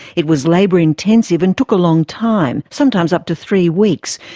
it was labour intensive and took a long time, sometimes up to three weeks,